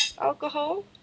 alcohol